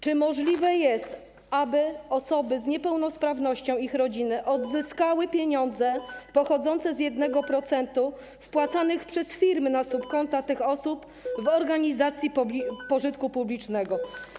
Czy możliwe jest, aby osoby z niepełnosprawnością i ich rodziny odzyskały pieniądze pochodzące z 1% wpłacanego przez firmy na subkonta tych osób w organizacji pożytku publicznego?